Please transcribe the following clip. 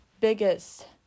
biggest